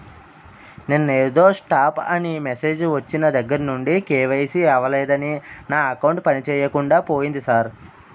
నిన్నేదో స్టాప్ అని మెసేజ్ ఒచ్చిన దగ్గరనుండి కే.వై.సి అవలేదని నా అకౌంట్ పనిచేయకుండా పోయింది సార్